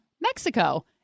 Mexico